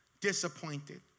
disappointed